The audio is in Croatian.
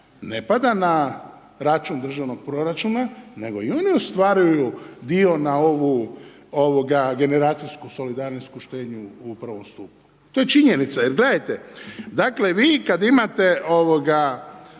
ne pada na račun državnog proračuna nego i oni ostvaruju dio na ovu generacijski solidarnost kao štednju u I. stupu. To je činjenica jer gledajte, dakle, vi kad imate